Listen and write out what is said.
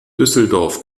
düsseldorf